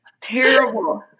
Terrible